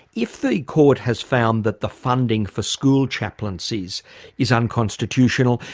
if the court has found that the funding for school chaplaincies is unconstitutional,